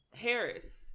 Harris